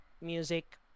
music